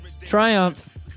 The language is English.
Triumph